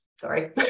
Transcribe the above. Sorry